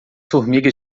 formigas